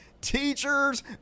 teachers